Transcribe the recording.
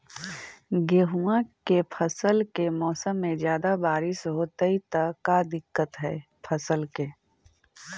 गेहुआ के फसल के मौसम में ज्यादा बारिश होतई त का दिक्कत हैं फसल के?